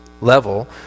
level